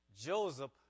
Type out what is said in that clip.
Joseph